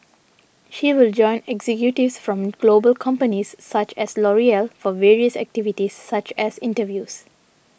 she will join executives from global companies such as L'Oreal for various activities such as interviews